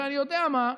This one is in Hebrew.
ואני יודע מה,